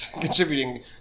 contributing